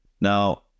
Now